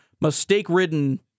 mistake-ridden